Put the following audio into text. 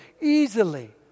easily